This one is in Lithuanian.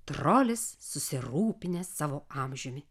trolis susirūpinęs savo amžiumi